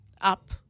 up